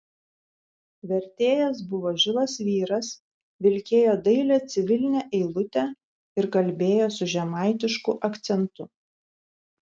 vertėjas buvo žilas vyras vilkėjo dailią civilinę eilutę ir kalbėjo su žemaitišku akcentu